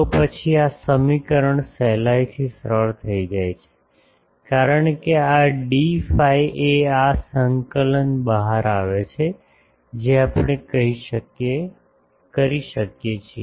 તો પછી આ સમીકરણ સહેલાઇથી સરળ થઈ જાય છે કારણ કે આ ડી ફાઇ એ આ સંકલન બહાર આવે છે જે આપણે કરી શકીએ છીએ